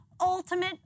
ultimate